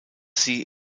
sie